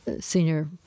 senior